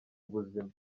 ubuzima